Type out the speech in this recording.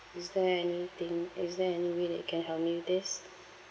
is there anything is there any way that you can help me with this